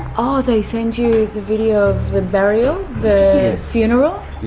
oh they sent you the video of the burial, the funeral?